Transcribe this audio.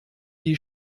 die